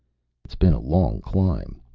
it's been a long climb,